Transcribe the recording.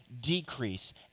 decrease